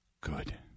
Good